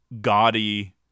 gaudy